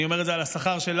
אני אומר את זה על השכר שלנו,